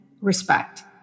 respect